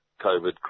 COVID